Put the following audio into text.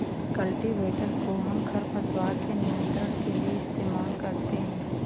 cultivator कोहम खरपतवार के नियंत्रण के लिए इस्तेमाल करते हैं